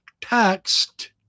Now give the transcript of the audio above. text